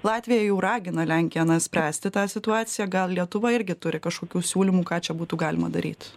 latvija jau ragina lenkiją na spręsti tą situaciją gal lietuva irgi turi kažkokių siūlymų ką čia būtų galima daryt